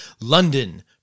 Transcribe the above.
London